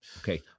Okay